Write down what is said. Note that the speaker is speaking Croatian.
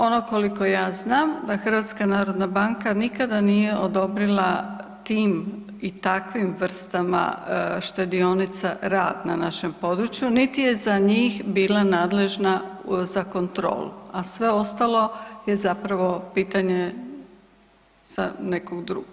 Ono koliko ja znam, a HNB nikada nije odobrila tim i takvim vrstama štedionica rad na našem području, niti je za njih bila nadležna za kontrolu, a sve ostalo je zapravo pitanje za nekog drugog.